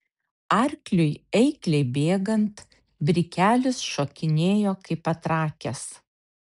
arkliui eikliai bėgant brikelis šokinėjo kaip patrakęs